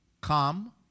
Come